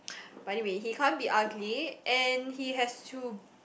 but any way he can't be ugly and he has to